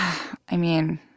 i mean,